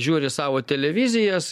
žiūri savo televizijas